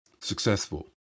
successful